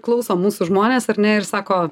klauso mūsų žmonės ar ne ir sako